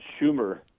schumer